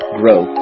grow